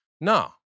No